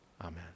Amen